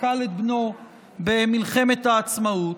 ששכל את בנו במלחמת העצמאות.